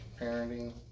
parenting